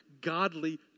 godly